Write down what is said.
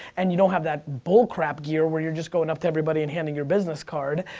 and you don't have that bullcrap gear, where you're just going up to everybody and handing your business card,